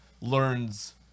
learns